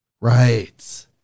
Right